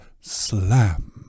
Slam